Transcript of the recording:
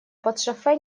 подшофе